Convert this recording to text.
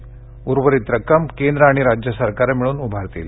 बाकी रक्कम केंद्र आणि राज्य सरकार मिळून उभारतील